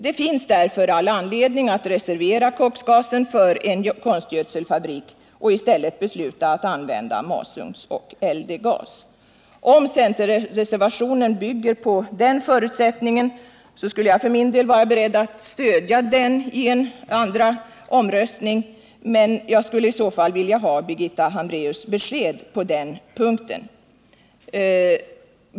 Det finns därför all anledning att reservera koksgasen för en konstgödselfabrik och i stället besluta att använda masugnsoch LD-gas. Om centerreservationen bygger på den förutsättningen, skulle jag för min del vara beredd att stödja den i en andra omröstning, men jag skulle i så fall vilja ha Birgitta Hambraeus besked på den punkten.